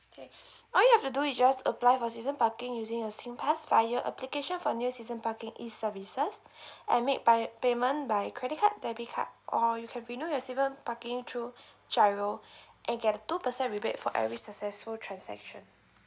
okay what you have to do you just apply for season parking using a singpass via application for new season parking e services and made by payment by credit card debit card or you can renew your season parking through G_I_R_O and get a two percent rebate for every successful transaction